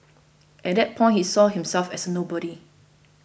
at that point he saw himself as a nobody